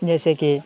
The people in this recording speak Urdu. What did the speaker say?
جیسے کہ